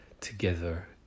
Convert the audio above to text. together